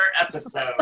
episode